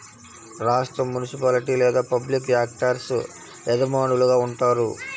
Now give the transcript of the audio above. రాష్ట్రం, మునిసిపాలిటీ లేదా public actors యజమానులుగా ఉంటారు